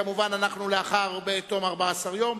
כמובן בתום 14 יום,